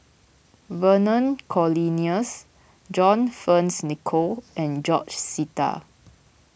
Vernon Cornelius John Fearns Nicoll and George Sita